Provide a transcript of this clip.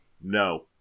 no